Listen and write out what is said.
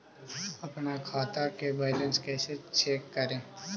अपन खाता के बैलेंस कैसे चेक करे?